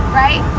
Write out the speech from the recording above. right